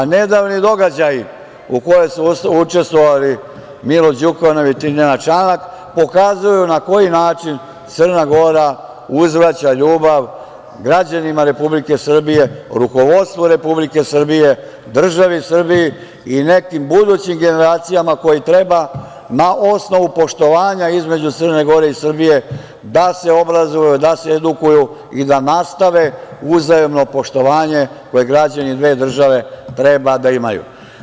Nedavni događaji u kojem su učestvovali Milo Đukanović i Nenad Čanak pokazuju na koji način Crna Gora uzvraća ljubav građanima Republike Srbije, rukovodstvu Republike Srbije, državi Srbiji i nekim budućim generacijama koje treba na osnovu poštovanja između Crne Gore i Srbije da se obrazuju, da se edukuju i da nastave uzajamno poštovanje koje građani dve države treba da imaju.